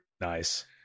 nice